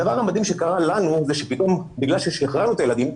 הדבר המדהים שקרה לנו זה שפתאום בגלל ששחררנו את הילדים,